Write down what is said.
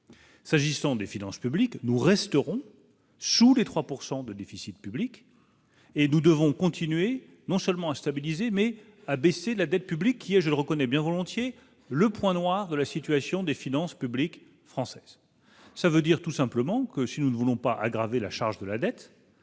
S'agissant des finances publiques, nous resterons sous les 3 pourcent de déficit public et nous devons continuer non seulement à stabiliser mais abaissé la dette publique qui est, je le reconnais bien volontiers le point noir de la situation des finances publiques françaises, ça veut dire tout simplement que si nous ne voulons pas aggraver la charge de la dette,